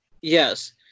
yes